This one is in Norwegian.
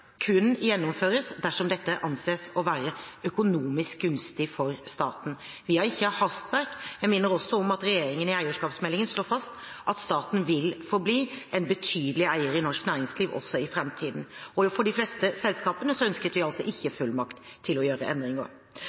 kun gjennomføres dersom dette anses å være økonomisk gunstig for staten. Vi har ikke hastverk. Jeg minner også om at regjeringen i eierskapsmeldingen slår fast at staten vil forbli en betydelig eier i norsk næringsliv også i framtiden. For de fleste selskaper ønsket vi altså ikke fullmakt til å gjøre endringer.